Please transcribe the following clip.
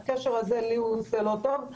לי הקשר הזה עושה הלא טוב.